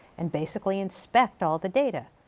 and basically inspect all the data.